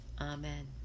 Amen